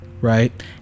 Right